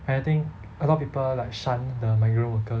and I think a lot people like shun the migrant workers